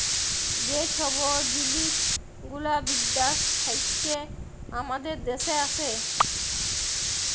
যে ছব জিলিস গুলা বিদ্যাস থ্যাইকে আমাদের দ্যাশে আসে